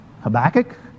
Habakkuk